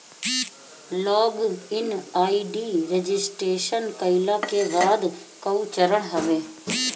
log in ID registration कईला के बाद कअ चरण हवे